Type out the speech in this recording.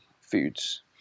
foods